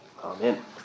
Amen